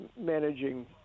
managing